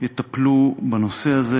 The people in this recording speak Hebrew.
יטפלו בנושא הזה.